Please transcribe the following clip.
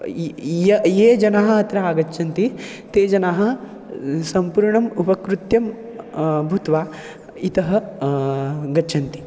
ये ये ये जनः अत्र आगच्छन्ति ते जनः संपूर्णम् उपकृत्यं भूत्वा इतः गच्छन्ति